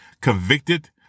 convicted